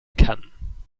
kann